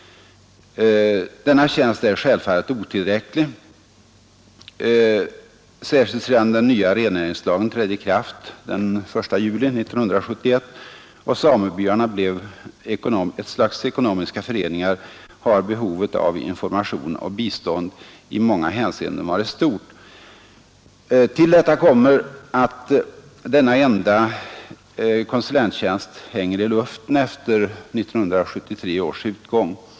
Denna tjänst är självfallet otillräcklig. Särskilt sedan den nya rennäringslagen trädde i kraft den 1 juli 1971 och samebyarna blev ett slags ekonomiska föreningar, har behovet av information och bistånd i många hänseenden varit stort. Till detta kommer att denna enda konsulenttjänst hänger i luften efter 1973 års utgång.